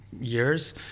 years